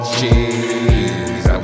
cheese